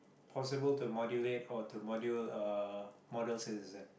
possible to modulate or to module a model citizen